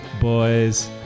Boys